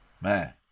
Man